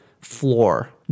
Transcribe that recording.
floor